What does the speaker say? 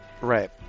Right